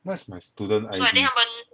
what's my student I_D